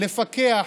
לפקח,